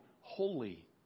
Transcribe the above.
holy